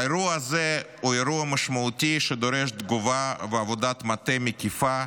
האירוע הזה הוא אירוע משמעותי שדורש תגובה ועבודת מטה מקיפה,